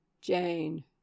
Jane